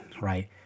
right